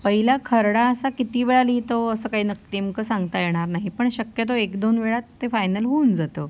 पहिला खर्डा असा किती वेळा लिहितो असं काही नक् नेमकं सांगता येणार नाही पण शक्यतो एक दोन वेळात ते फायनल होऊन जातं